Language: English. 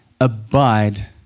abide